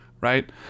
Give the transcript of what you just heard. right